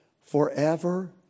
forever